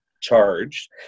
charge